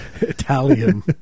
Italian